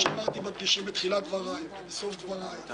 האם באמת כתבי האישום על הפרת אמונים ועל מרמה הם